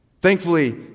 Thankfully